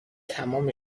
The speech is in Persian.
تمام